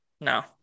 No